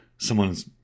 Someone's